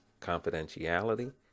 confidentiality